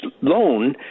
loan